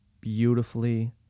beautifully